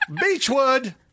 Beechwood